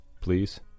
Please